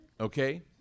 Okay